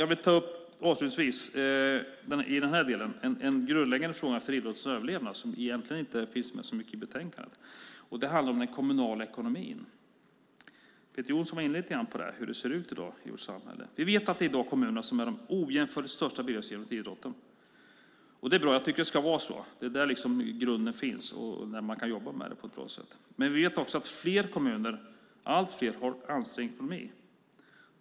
Jag vill ta upp en grundläggande fråga för idrottens överlevnad som egentligen inte berörs så mycket i betänkandet. Det handlar om den kommunala ekonomin. Peter Johnsson var inne lite grann på hur det ser ut i dag i vårt samhälle. Vi vet att det är kommunerna som är de ojämförligt största bidragsgivarna till idrotten. Det är bra. Jag tycker att det ska vara så. Det är där grunden finns, och där kan man jobba med det på ett bra sätt. Men vi vet också att allt fler kommuner har en ansträngd ekonomi.